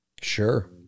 Sure